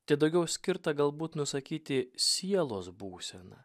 tai daugiau skirta galbūt nusakyti sielos būseną